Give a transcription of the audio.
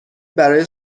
برای